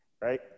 right